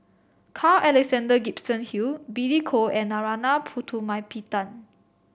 Carl Alexander Gibson Hill Billy Koh and Narana Putumaippittan